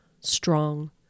strong